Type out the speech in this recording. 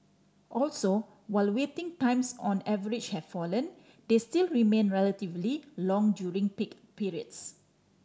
also while waiting times on average have fallen they still remain relatively long during peak periods